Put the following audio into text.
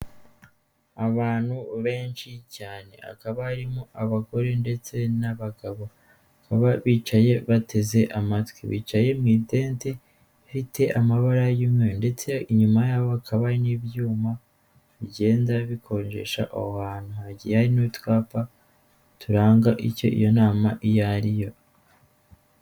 Abantu benshi cyane akaba arimo abagore ndetse n'abagabo, bakaba bicaye bateze amatwi, bicaye mu itente rifite amabara y'umweru ndetse inyuma yabo hakaba n'ibyuma bigenda bikonjesha aho hantu, hagiye hari n'utwapfa turanga icyo iyo nama iyo ari yo.